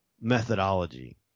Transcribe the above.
methodology